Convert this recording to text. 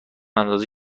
اندازه